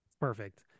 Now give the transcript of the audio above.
Perfect